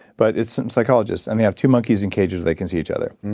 but it's some psychologists and they have two monkeys in cages they can see each other.